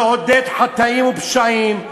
מעודד חטאים ופשעים,